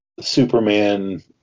Superman